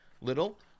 little